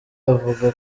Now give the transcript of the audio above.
avuga